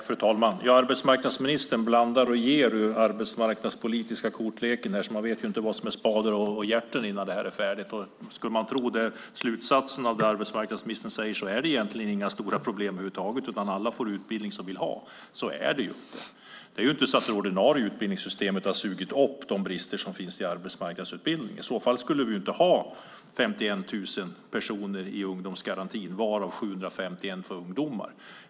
Fru talman! Arbetsmarknadsministern blandar och ger ur den arbetsmarknadspolitiska kortleken, så man vet inte vad som är spader och hjärter innan det här är färdigt. Skulle man tro på slutsatsen av det arbetsmarknadsministern säger är det egentligen inga stora problem, utan alla som vill ha utbildning får det. Så är det ju inte. Det är inte så att det ordinarie utbildningssystemet har sugit upp de brister som finns i arbetsmarknadsutbildningen. I så fall skulle vi inte ha 51 000 personer i ungdomsgarantin varav endast 751 får utbildning.